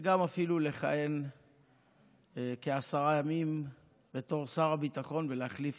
וגם אפילו לכהן כעשרה ימים בתור שר הביטחון ולהחליף